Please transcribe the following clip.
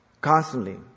constantly